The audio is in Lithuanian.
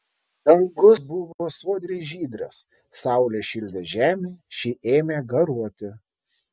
dangus buvo sodriai žydras saulė šildė žemę ši ėmė garuoti